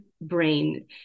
brain